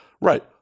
right